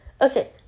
Okay